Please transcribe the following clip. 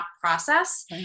process